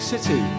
City